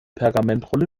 pergamentrolle